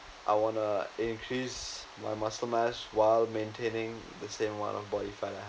I wanna increase my muscle mass while maintaining the same amount of body fat I have